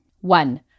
One